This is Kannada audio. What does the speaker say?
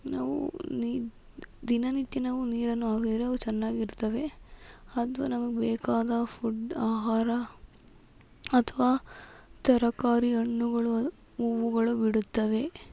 ನಾವು ನಿ ದಿನನಿತ್ಯ ನಾವು ನೀರನ್ನು ಹಾಕಿದ್ರೆ ಅವು ಚೆನ್ನಾಗಿರ್ತವೆ ಅಥವಾ ನಮಗೆ ಬೇಕಾದ ಫುಡ್ ಆಹಾರ ಅಥವಾ ತರಕಾರಿ ಹಣ್ಣುಗಳು ಹೂವುಗಳು ಬಿಡುತ್ತವೆ